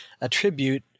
attribute